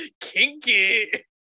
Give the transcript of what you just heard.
kinky